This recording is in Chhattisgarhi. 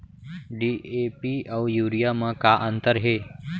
डी.ए.पी अऊ यूरिया म का अंतर हे?